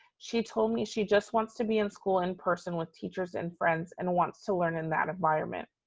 she told me she just wants to be in school in person with teachers and friends and wants to learn in that environment.